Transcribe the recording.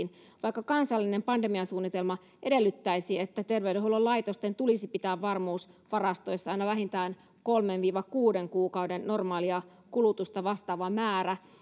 vaikka kansallinen pandemiasuunnitelma edellyttäisi että terveydenhuollon laitosten tulisi pitää varmuusvarastoissa aina vähintään kolmen viiva kuuden kuukauden normaalia kulutusta vastaava määrä